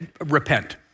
repent